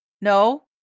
no